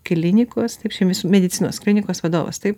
klinikos šeimos medicinos klinikos vadovas taip